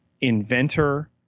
inventor